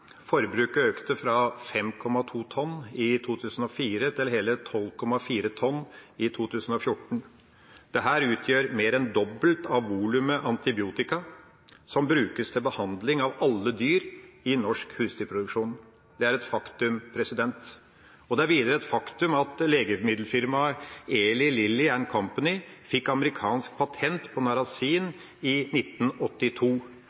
Forbruket økte fra 5,2 tonn i 2004 til hele 12,4 tonn i 2014. Dette utgjør mer enn det dobbelte av volumet av antibiotika som brukes til behandling av alle dyr i norsk husdyrproduksjon – det er et faktum. Det er videre et faktum at legemiddelfirmaet Eli Lilly and Company fikk amerikansk patent på